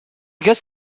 guess